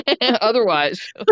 Otherwise